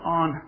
on